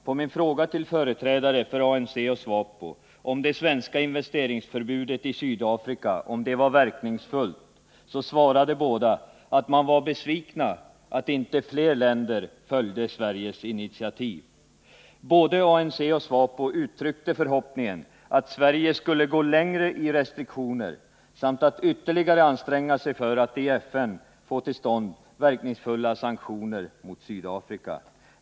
På min fråga till företrädare för ANC och SWAPO om det svenska investeringsförbudet i Sydafrika svarade båda att man var besviken att inte fler länder följde Sveriges initiativ. Både ANC och SWAPO uttryckte förhoppningen att Sverige skulle gå längre i restriktioner samt att Sverige skulle anstränga sig ytterligare för att i FN få till stånd verkningsfulla sanktioner mot Sydafrika.